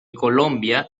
colombia